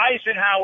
Eisenhower